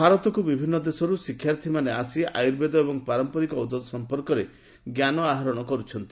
ଭାରତକୁ ବିଭିନ୍ନ ଦେଶରୁ ଶିକ୍ଷାର୍ଥୀମାନେ ଆୟୁର୍ବେଦ ଏବଂ ପାରମ୍ପରିକ ଔଷଧ ସମ୍ପର୍କରେ ଜ୍ଞାନ ଆହରଣ କରିବାକୁ ଆସୁଛନ୍ତି